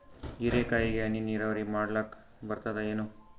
ಹೀರೆಕಾಯಿಗೆ ಹನಿ ನೀರಾವರಿ ಮಾಡ್ಲಿಕ್ ಬರ್ತದ ಏನು?